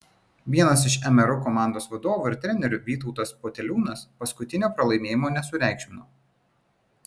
vienas iš mru komandos vadovų ir trenerių vytautas poteliūnas paskutinio pralaimėjimo nesureikšmino